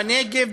בנגב,